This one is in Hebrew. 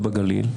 זה בגליל,